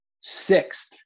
sixth